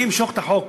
אני אמשוך את החוק